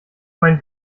mein